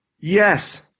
Yes